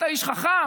אתה איש חכם.